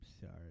sorry